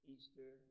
Easter